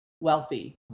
wealthy